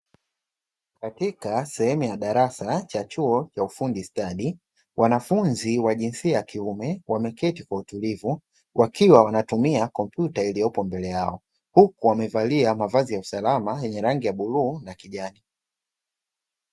Katika sehemu ya darasa cha chuo ya ufundi stadi, wanafunzi wa jinsia ya kiume wameketi kwa utulivu, wakiwa wanatumia kompyuta iliyopo mbele yao, huku wamevalia mavazi ya usalama yenye rangi ya bluu na kijani.